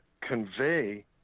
convey